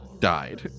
died